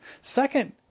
Second